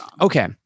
okay